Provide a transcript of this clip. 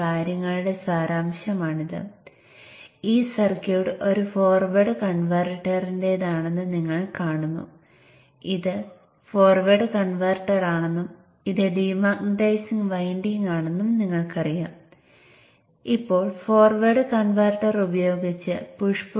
അതിനാൽ ഞാൻ ഇവിടെ MOSFET കൂടുതൽ പൊതുവായ അർത്ഥത്തിൽ ഉപയോഗിച്ചു